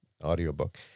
audiobook